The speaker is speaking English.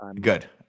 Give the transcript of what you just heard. Good